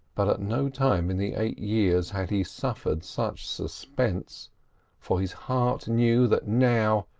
but at no time in the eight years had he suffered such suspense for his heart knew that now,